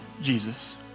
Jesus